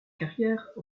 carrière